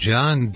John